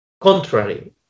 contrary